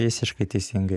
visiškai teisingai